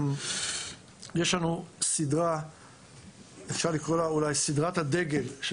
יש לנו סדרה שאפשר לקרוא לה סדרת הדגל של